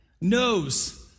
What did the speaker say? knows